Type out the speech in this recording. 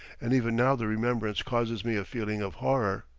and even now the remembrance causes me a feeling of horror.